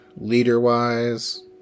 Leader-wise